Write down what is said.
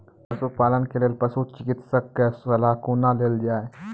पशुपालन के लेल पशुचिकित्शक कऽ सलाह कुना लेल जाय?